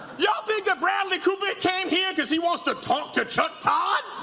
ya'll think that bradley cooper came here because he wants to talk to chuck todd?